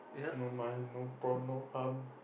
no month no prawn no hum